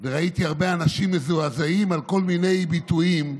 וראיתי הרבה אנשים מזועזעים מכל מיני ביטויים,